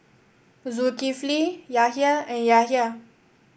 Zulkifli Yahya and Yahya